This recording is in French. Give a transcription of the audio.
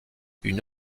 une